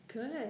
Good